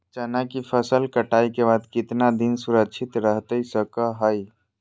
चना की फसल कटाई के बाद कितना दिन सुरक्षित रहतई सको हय?